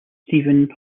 stephen